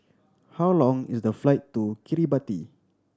how long is the flight to Kiribati